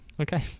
Okay